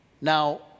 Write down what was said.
now